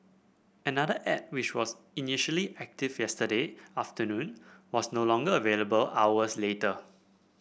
another ad which was initially active yesterday afternoon was no longer available hours later